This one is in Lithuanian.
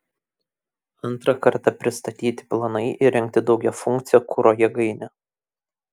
antrą kartą pristatyti planai įrengti daugiafunkcę kuro jėgainę